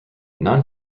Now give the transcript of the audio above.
non